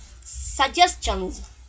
suggestions